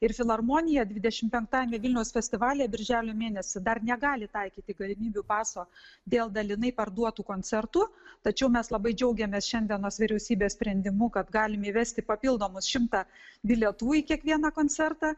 ir filarmonija dvidešim penktajame vilniaus festivalyje birželio mėnesį dar negali taikyti galimybių paso dėl dalinai parduotų koncertų tačiau mes labai džiaugiamės šiandienos vyriausybės sprendimu kad galim įvesti papildomus šimtą bilietų į kiekvieną koncertą